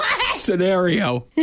scenario